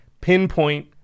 pinpoint